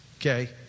Okay